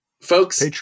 Folks